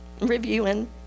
reviewing